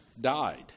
died